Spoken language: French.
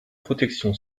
protection